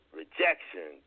rejection